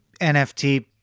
NFT